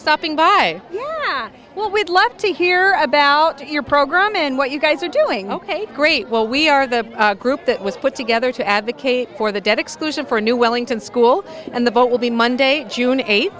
stopping by well we'd love to hear about your program and what you guys are doing ok great well we are the group that was put together to advocate for the debt exclusion for new wellington school and the vote will be monday june